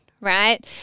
right